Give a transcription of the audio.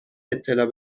اطلاع